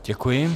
Děkuji.